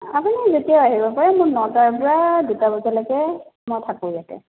আপুনি যেতিয়া আহিব পাৰে মই নটাৰ পৰা দুটা বজালৈকে মই থাকোঁ ইয়াতে